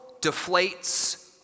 deflates